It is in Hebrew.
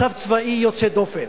מצב צבאי יוצא דופן,